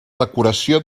decoració